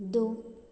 दो